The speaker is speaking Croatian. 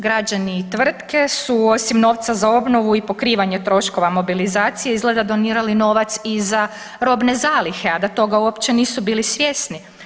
Građani i tvrtke su osim novca za obnovu i pokrivanja troškova mobilizacije izgleda donirali novac i za robne zalihe, a da toga uopće nisu bili svjesni.